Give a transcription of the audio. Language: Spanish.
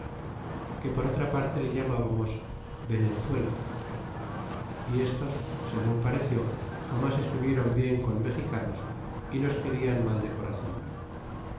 que por otra parte le llambamos venenzuela y estos segun pareció jamas estuvieron bien con mexicanos y los querian mal de corazon